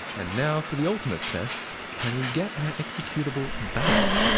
and now for the ultimate test, can we get our executable back?